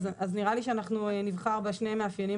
אז נראה לי שאנחנו נבחר בשני המאפיינים